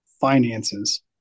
Finances